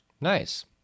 Nice